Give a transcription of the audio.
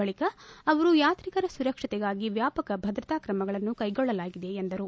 ಬಳಿಕ ಅವರು ಯಾತ್ರಿಕರ ಸುರಕ್ಷತೆಗಾಗಿ ವ್ಯಾಪಕ ಭದ್ರತಾ ಕ್ರಮಗಳನ್ನು ಕೈಗೊಳ್ಳಲಾಗಿದೆ ಎಂದರು